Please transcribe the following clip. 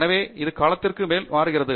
எனவே இது காலத்திற்கு மேல் மாறுகிறது